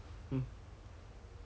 the the company speci~ like